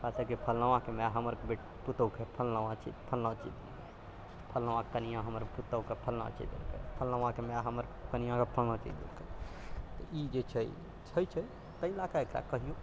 कहतेकि फल्लवाँ के माय हमर बेटीके पुतौहके फल्लाँ फल्लवाँ चीज देलके फल्लवाँ के कनियाँ हमर पुतौहके फल्लवाँ चीज देलके फल्लवाँ के माय हमर कनियाके फल्लवाँ चीज देलके तऽ ई जे छै छै ताहि लकऽ कहियौ